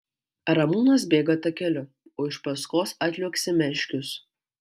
ramūnas bėga takeliu o iš paskos atliuoksi meškius